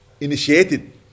initiated